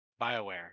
Bioware